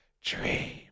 Dream